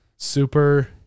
Super